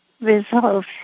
resolve